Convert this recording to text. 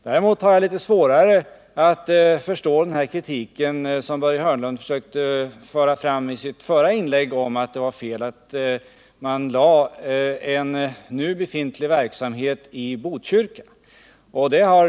Däremot har jag litet svårare att förstå den kritik som Börje Hörnlund försökte föra fram i sitt förra inlägg, nämligen att det var fel att man förlade nu befintlig verksamhet till Botkyrka.